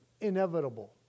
inevitable